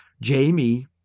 Jamie